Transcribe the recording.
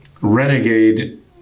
renegade